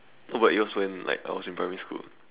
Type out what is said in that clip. no but it was when like I was in primary school